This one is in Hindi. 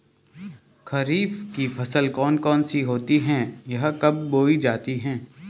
खरीफ की फसल कौन कौन सी होती हैं यह कब बोई जाती हैं?